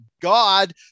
god